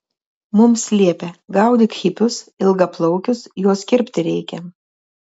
mums liepia gaudyk hipius ilgaplaukius juos kirpti reikia